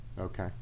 Okay